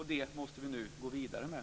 Det måste vi nu gå vidare med.